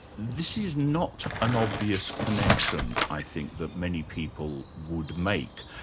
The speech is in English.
this is not an obvious connection, i think, that many people would make.